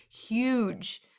huge